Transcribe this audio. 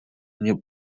немного